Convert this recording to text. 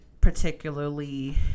particularly